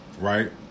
right